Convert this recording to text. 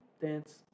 dance